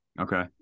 Okay